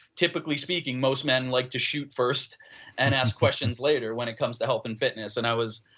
typically speaking most man like to shoot first and ask questions later when it comes to health and fitness and i was,